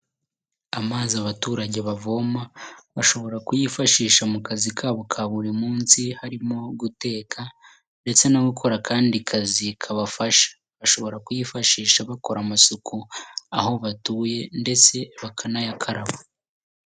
Amazi abaturage bavoma bashobora kuyifashisha mu kazi kabo ka buri munsi harimo guteka ndetse no gukora akandi kazi kabafasha, bashobora kuyifashisha bakora amasuku aho batuye ndetse bakanayakaraba.